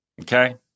okay